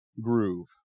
groove